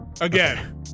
again